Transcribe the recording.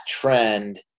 trend